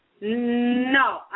No